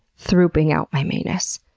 throoping out my manus.